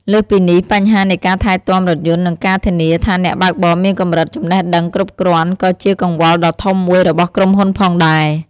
លើសពីនេះ បញ្ហានៃការថែទាំរថយន្តនិងការធានាថាអ្នកបើកបរមានកម្រិតចំណេះដឹងគ្រប់គ្រាន់ក៏ជាកង្វល់ដ៏ធំមួយរបស់ក្រុមហ៊ុនផងដែរ។